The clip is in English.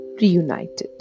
reunited